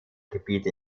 gebiete